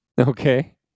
Okay